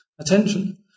attention